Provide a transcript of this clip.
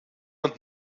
und